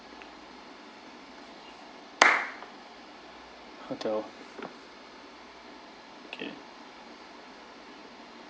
hotel K